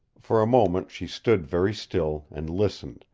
for a moment she stood very still, and listened,